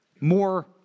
more